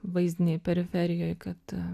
vaizdinėj periferijoj kad